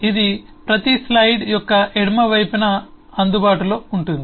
ఇది ప్రతి స్లయిడ్ యొక్క ఎడమ వైపున అందుబాటులో ఉంటుంది